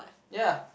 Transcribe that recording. ya